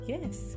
Yes